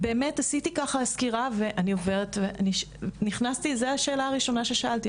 עשיתי סקירה וזו הייתה השאלה הראשונה ששאלתי.